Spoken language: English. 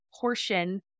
portion